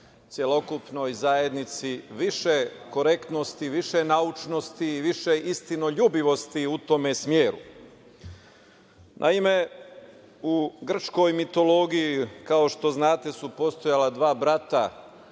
celokupnoj zajednici, više korektnosti, više naučnosti, više istinoljubivosti u tom smeru. Naime, u grčkoj mitologiji kao što znate su postojala dva brata,